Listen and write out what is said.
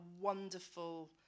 wonderful